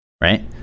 right